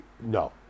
No